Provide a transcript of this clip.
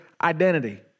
identity